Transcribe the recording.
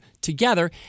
together